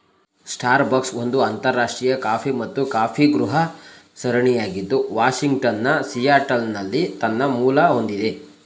Starbucks ಒಂದು ಅಂತರರಾಷ್ಟ್ರೀಯ coffee ಮತ್ತು ಕಾಫಿಗೃಹ ಸರಣಿಯಾಗಿದ್ದು ವಾಷಿಂಗ್ಟನ್ನ ಸಿಯಾಟಲ್ನಲ್ಲಿ ತನ್ನ ಮೂಲ ಹೊಂದಿದೆ